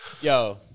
Yo